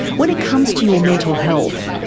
when it comes to your mental health,